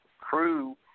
Crew